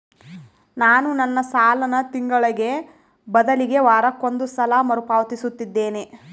ನಾನು ನನ್ನ ಸಾಲನ ತಿಂಗಳಿಗೆ ಬದಲಿಗೆ ವಾರಕ್ಕೊಂದು ಸಲ ಮರುಪಾವತಿಸುತ್ತಿದ್ದೇನೆ